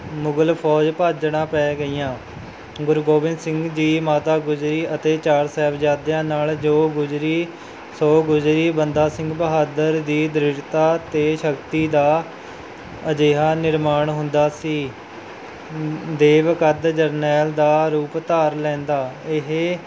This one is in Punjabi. ਮੁਗਲ ਫੌਜ ਭਾਜੜਾਂ ਪੈ ਗਈਆਂ ਗੁਰੂ ਗੋਬਿੰਦ ਸਿੰਘ ਜੀ ਮਾਤਾ ਗੁਜਰੀ ਅਤੇ ਚਾਰ ਸਾਹਿਬਜ਼ਾਦਿਆਂ ਨਾਲ ਜੋ ਗੁਜ਼ਰੀ ਸੋ ਗੁਜ਼ਰੀ ਬੰਦਾ ਸਿੰਘ ਬਹਾਦਰ ਦੀ ਦ੍ਰਿੜਤਾ ਅਤੇ ਸ਼ਕਤੀ ਦਾ ਅਜਿਹਾ ਨਿਰਮਾਣ ਹੁੰਦਾ ਸੀ ਦੇਵ ਕੱਦ ਜਰਨੈਲ ਦਾ ਰੂਪ ਧਾਰ ਲੈਂਦਾ ਇਹ